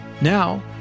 Now